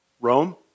Rome